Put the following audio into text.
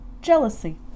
Jealousy